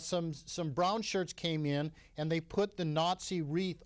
some some brownshirts came in and they put the nazi wrea